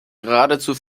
geradezu